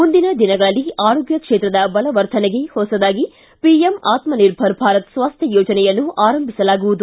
ಮುಂದಿನ ದಿನಗಳಲ್ಲಿ ಆರೋಗ್ಯ ಕ್ಷೇತ್ರದ ಬಲವರ್ಧನೆಗೆ ಹೊಸದಾಗಿ ಪಿಎಂ ಆತ್ಮಿರ್ಭರ ಭಾರತ ಸ್ವಾಸ್ಟ ಯೋಜನೆಯನ್ನು ಆರಂಭಿಸಲಾಗುವುದು